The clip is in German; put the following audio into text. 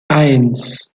eins